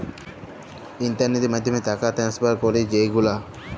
ইলটারলেটের মাধ্যমে টাকা টেনেসফার ক্যরি যে গুলা